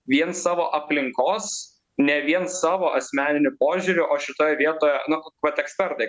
vien savo aplinkos ne vien savo asmeniniu požiūriu o šitoj vietoj nu vat ekspertai